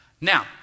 Now